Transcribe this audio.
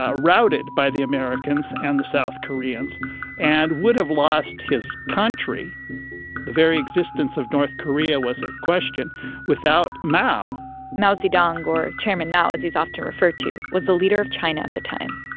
ah routed by the americans and the south koreans and would have lost his country. the very existence of north korea was a question without mao mao zedong, or chairman mao as he's often referred to, was the leader of china at the time.